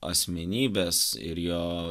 asmenybės ir jo